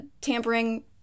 Tampering